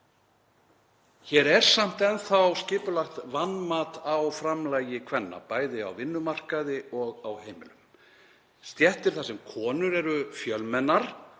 Hér er samt enn þá skipulagt vanmat á framlagi kvenna, bæði á vinnumarkaði og á heimilum. Stéttir þar sem konur eru fjölmennar